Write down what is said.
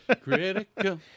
critical